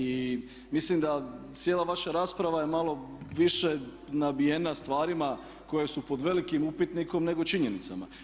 I mislim da cijela vaša rasprava je malo više nabijena stvarima koje su pod velikim upitnikom nego činjenicama.